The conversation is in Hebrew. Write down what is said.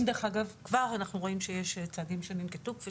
כבר אנחנו רואים שיש צעדים שננקטו כפי